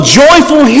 joyful